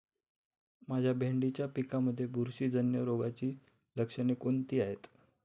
माझ्या भेंडीच्या पिकामध्ये बुरशीजन्य रोगाची लक्षणे कोणती आहेत?